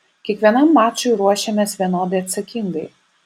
kiekvienam mačui ruošiamės vienodai atsakingai